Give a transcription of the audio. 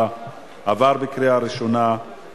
(תיקון מס' 30) (תגמולים ליתום משני הוריו)